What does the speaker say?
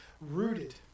rooted